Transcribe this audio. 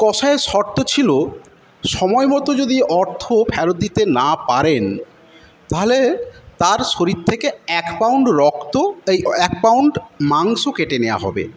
কসাইয়ের শর্ত ছিল সময়মতো যদি অর্থ ফেরত দিতে না পারেন তাহলে তার শরীর থেকে এক পাউন্ড রক্ত এই এক পাউন্ড মাংস কেটে নেওয়া হবে